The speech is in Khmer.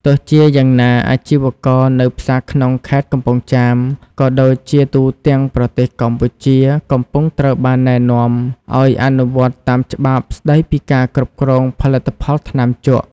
ទោះជាយ៉ាងណា អាជីវករនៅផ្សារក្នុងខេត្តកំពង់ចាម ក៏ដូចជាទូទាំងប្រទេសកម្ពុជា កំពុងត្រូវបានណែនាំឲ្យអនុវត្តតាមច្បាប់ស្ដីពីការគ្រប់គ្រងផលិតផលថ្នាំជក់។